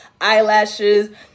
eyelashes